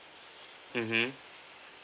mmhmm